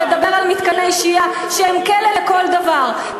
ולדבר על מתקני שהייה שהם כלא לכל דבר,